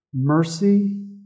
Mercy